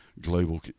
global